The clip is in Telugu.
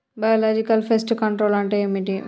బయోలాజికల్ ఫెస్ట్ కంట్రోల్ అంటే ఏమిటి?